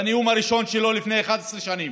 בנאום הראשון שלו לפני 11 שנים,